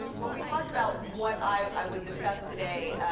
when we talked about what i would discuss today,